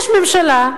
יש ממשלה,